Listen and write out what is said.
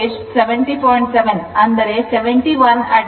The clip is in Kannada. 7 ಅಂದರೆ 71 angle 0 o ಇದೆ